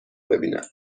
ببینم